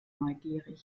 neugierig